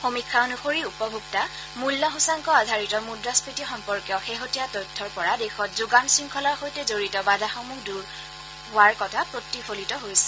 সমীক্ষা অনুসৰি উপভোক্তা মূল্যসূচ্যাংক আধাৰিত মুদ্ৰাস্ফীতি সম্পৰ্কীয় শেহতীয়া তথ্যৰ পৰা দেশত যোগান শৃংখলাৰ সৈতে জড়িত বাধাসমূহ দূৰ হোৱাৰ কথা প্ৰতিফলিত হৈছে